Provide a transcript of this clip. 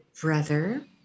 brother